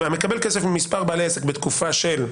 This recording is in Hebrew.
"המקבל כסף ממספר בעלי עסק בתקופה של,